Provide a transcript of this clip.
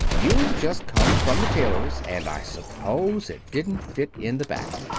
you've just come from the tailor's, and i suppose it didn't fit in the back.